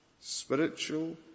spiritual